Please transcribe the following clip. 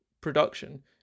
production